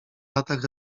latach